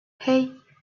hey